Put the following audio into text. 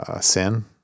Sin